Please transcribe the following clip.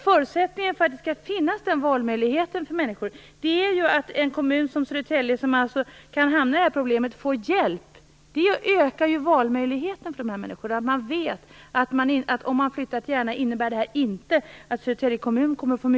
Förutsättningen för att den valmöjligheten skall finnas för människor är ju att en kommun som Södertälje, som alltså har hamnat i det här problemet, får hjälp. De här människornas valmöjligheter skulle ju öka om de visste att om de flyttade till Järna så skulle det inte innebära att Södertäljes kommun blev ansträngd.